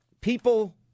People